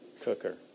cooker